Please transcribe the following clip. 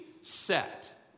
set